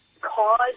cause